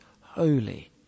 holy